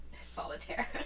Solitaire